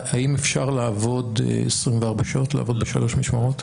האם אפשר לעבוד 24 שעות, לעבוד בשלוש משמרות?